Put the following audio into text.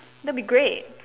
that'll be great